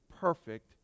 perfect